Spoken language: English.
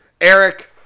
Eric